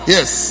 Yes